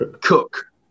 Cook